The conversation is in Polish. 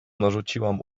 narzuciłam